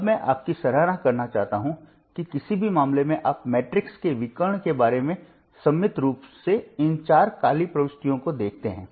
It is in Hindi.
अब मैं आपकी सराहना करना चाहता हूं कि किसी भी मामले में आप मैट्रिक्स के विकर्ण के बारे में सममित रूप से इन चार काली प्रविष्टियों को देखते हैं